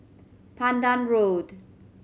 Pandan Road